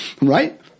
right